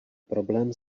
problém